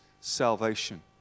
salvation